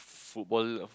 football